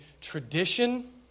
tradition